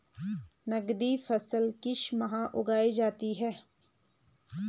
नकदी फसल किस माह उगाई जाती है?